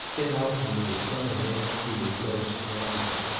get out into the sun and air, he would grow stronger.